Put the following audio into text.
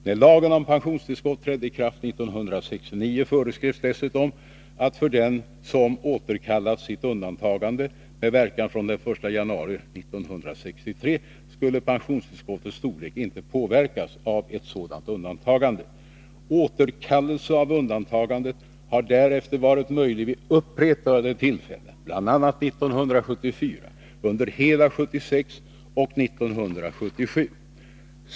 När lagen om pensionstillskott trädde i kraft 1969, föreskrevs dessutom att för den som återkallat sitt undantagande med verkan från 1 januari 1963 skulle pensionstillskottets storlek inte påverkas av ett sådant undantagande. Återkallelse av undantagande har därefter varit möjlig vid upprepade tillfällen, bl.a. 1974, under hela 1976 och 1977.